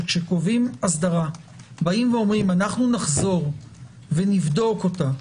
שכאשר קובעים אסדרה אומרים: אנחנו נחזור ונבדוק אותה,